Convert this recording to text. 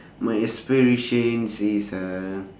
my aspirations is a